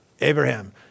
Abraham